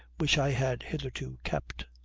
which i had hitherto kept.